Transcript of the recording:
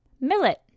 Millet